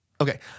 Okay